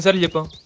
ayappa